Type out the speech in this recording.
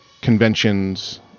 conventions